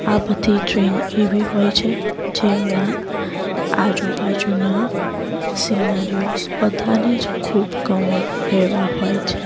આ બધી ટ્રેન એવી હોય છે જે એમના આજુબાજુના સીનારીઓસ બધાંને જ ખૂબ ગમે એવાં હોય છે